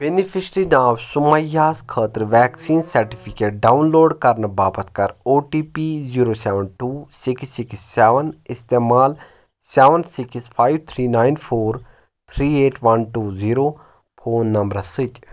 beneficiary ناو سُمَییاہس خٲطرٕ ویکسیٖن سرٹِفکیٹ ڈاؤن لوڈ کرنہٕ باپتھ کر OTP zero seven two six six seven استعمال seven six five three nine four three eight one two zero phone numbers سۭتۍ